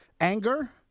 anger